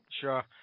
Sure